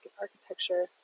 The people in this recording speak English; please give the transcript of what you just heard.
Architecture